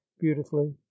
beautifully